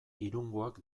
irungoak